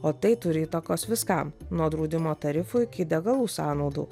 o tai turi įtakos viskam nuo draudimo tarifų iki degalų sąnaudų